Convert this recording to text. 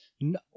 No